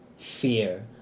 fear